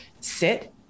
sit